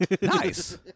nice